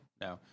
No